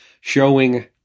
showing